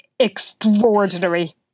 extraordinary